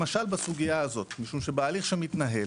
למשל בסוגיה הזאת, משום שבהליך שמתנהל,